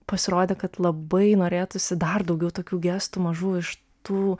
pasirodė kad labai norėtųsi dar daugiau tokių gestų mažų iš tų